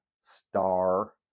star